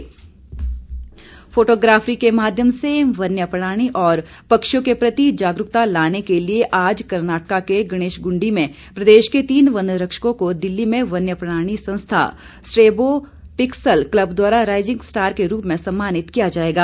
सम्मान फोटोग्राफरी के माध्यम से वन्य प्राणी और पक्षियों के प्रति जागरूकता लाने के लिए आज कर्नाटका के गणेशगुडी में प्रदेश के तीन वन रक्षकों को दिल्ली में वन्य प्राणी संस्था स्ट्रेबो पिक्सल क्लब द्वारा राईज़िग स्टार के रूप में सम्मानित किया जाएगा